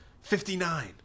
Fifty-nine